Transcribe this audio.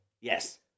Yes